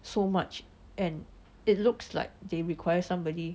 so much and it looks like they require somebody